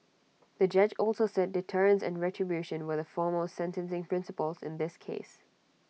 the judge also said deterrence and retribution were the foremost sentencing principles in this case